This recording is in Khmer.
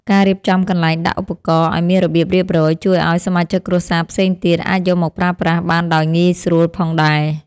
ការរៀបចំកន្លែងដាក់ឧបករណ៍ឱ្យមានរបៀបរៀបរយ ជួយឱ្យសមាជិកគ្រួសារផ្សេងទៀតអាចយកមកប្រើប្រាស់បានដោយងាយស្រួលផងដែរ។